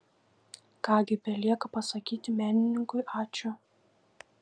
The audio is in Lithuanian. ką gi belieka pasakyti menininkui ačiū